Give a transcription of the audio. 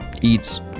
eats